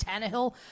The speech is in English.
Tannehill